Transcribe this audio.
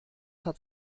hat